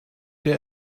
der